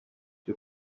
ryo